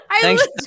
Thanks